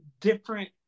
different